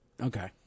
Okay